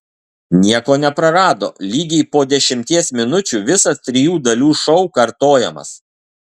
nieko neprarado lygiai po dešimties minučių visas trijų dalių šou kartojamas